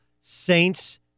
Saints-